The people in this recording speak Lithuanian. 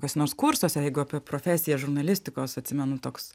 kas nors kursuose jeigu apie profesiją žurnalistikos atsimenu toks